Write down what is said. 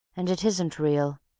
and it isn't real.